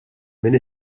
minn